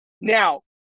now